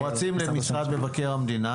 הם רצים למשרד מבקר המדינה,